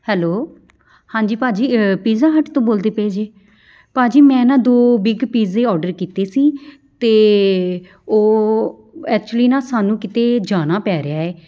hello ਹਾਂਜੀ ਭਾਅ ਜੀ ਪੀਜ਼ਾ ਹਟ ਤੋਂ ਬੋਲਦੇ ਪਏ ਭਾਅ ਜੇ ਭਾਅ ਜੀ ਮੈਂ ਨਾ ਦੋ ਬਿੱਗ ਪੀਜ਼ੇ ਔਡਰ ਕੀਤੇ ਸੀ ਤਾਂ ਉਹ ਐਕਚੁਲੀ ਨਾ ਸਾਨੂੰ ਕਿਤੇ ਜਾਣਾ ਪੈ ਰਿਹਾ ਹੈ